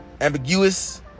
Ambiguous